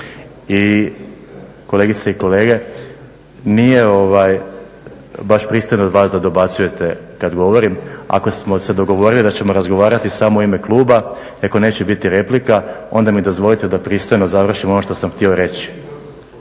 I kolegice i kolege nije baš pristojno od vas da dobacujete kada govorim. Ako smo se dogovorili da ćemo razgovarati samo u ime kluba i ako neće biti replika onda mi dozvolite da pristojno završim ono što sam htio reći.